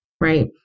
right